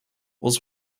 was